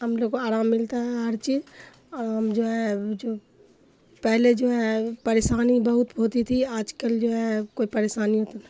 ہم لوگ کو آرام ملتا ہے ہر چیز اور ہم جو ہے جو پہلے جو ہے پریشانی بہت ہوتی تھی آج کل جو ہے کوئی پریشانی تو